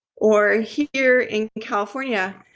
or here in california,